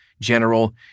general